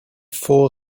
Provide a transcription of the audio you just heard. four